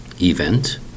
Event